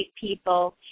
people